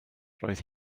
roedd